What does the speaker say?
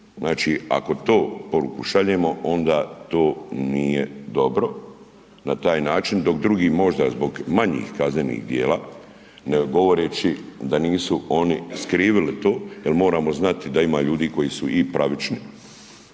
Znači ako to poruku šaljemo, onda to nije dobro na taj način dok drugi možda zbog manjih kaznenih djela ne govoreći da nisu oni skrivili to jer moramo znati da ima ljudi koji su i pravični,